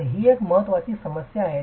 तर ही एक महत्त्वाची समस्या आहे